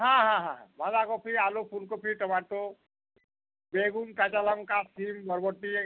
হ্যাঁ হ্যাঁ হ্যাঁ বাঁধাকপি আলু ফুলকপি টমাটো বেগুন কাঁচা লঙ্কা শিম বরবটি